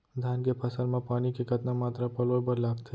धान के फसल म पानी के कतना मात्रा पलोय बर लागथे?